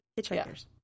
hitchhikers